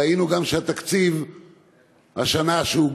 וראינו גם את התקציב שהוגש השנה,